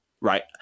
Right